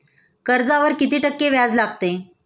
कर्जावर किती टक्के व्याज लागते?